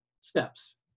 steps